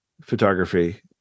photography